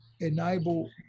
enable